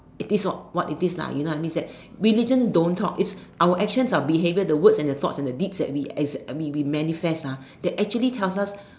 it is what it is lah you know what I means that religion don't talk it's our actions our behavior the words and the thoughts and the deeds that we ex~ that we manifest ah that actually tell us